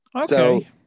Okay